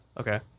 Okay